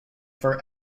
for